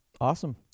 Awesome